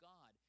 God